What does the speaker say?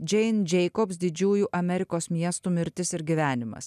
džein džeikobs didžiųjų amerikos miestų mirtis ir gyvenimas